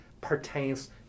pertains